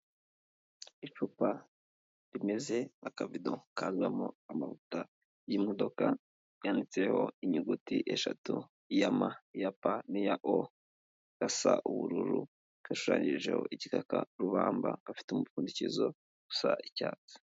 Icupa rimeze nk'akavido kazamo amavuta y'imodoka yanditseho inyuguti eshatu, iya M, iya P n'iya O, gasa ubururu gashushanyijeho igikakarubamba gafite umupfundikizo usa icyatsi.